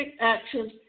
actions